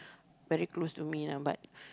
very close to me ah but